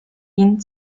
ihn